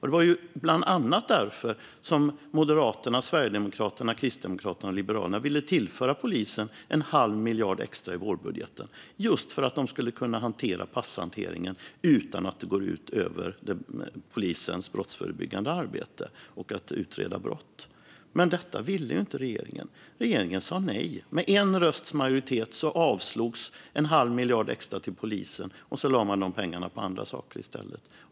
Det var bland annat därför som Moderaterna, Sverigedemokraterna, Kristdemokraterna och Liberalerna ville tillföra polisen en halv miljard extra i vårbudgeten, just för att de skulle kunna hantera passverksamheten utan att det går ut över polisens brottsförebyggande arbete och arbetet med att utreda brott. Men detta ville inte regeringen. Regeringen sa nej. Med en rösts majoritet avslogs en halv miljard extra till polisen, och så lade man de pengarna på andra saker i stället.